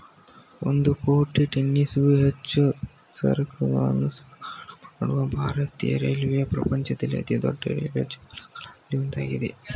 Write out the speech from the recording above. ಒಂದು ಕೋಟಿ ಟನ್ನಿಗೂ ಹೆಚ್ಚು ಸರಕನ್ನೂ ಸಾಗಾಟ ಮಾಡುವ ಭಾರತೀಯ ರೈಲ್ವೆಯು ಪ್ರಪಂಚದಲ್ಲಿ ಅತಿದೊಡ್ಡ ರೈಲು ಜಾಲಗಳಲ್ಲಿ ಒಂದಾಗಿದೆ